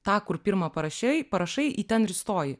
tą kur pirmą parašei parašai į ten ir stoji